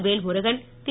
Velmurugan Thiru